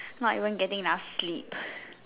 not even getting enough sleep